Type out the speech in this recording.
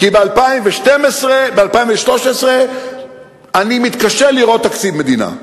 כי ב-2013 אני מתקשה לראות תקציב מדינה.